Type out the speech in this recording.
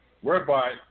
whereby